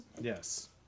Yes